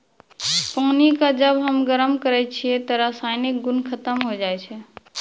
पानी क जब हम गरम करै छियै त रासायनिक गुन खत्म होय जाय छै